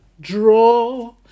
draw